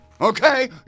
Okay